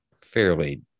fairly